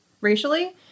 racially